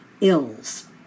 ills